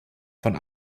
von